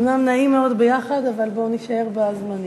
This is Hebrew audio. אומנם נעים מאוד יחד, אבל בואו נישאר בזמנים.